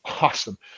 Awesome